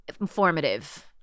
informative